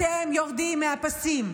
אתם יורדים מהפסים.